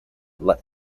bolt